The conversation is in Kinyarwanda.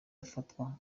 afatwa